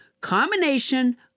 combination